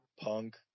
punk